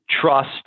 trust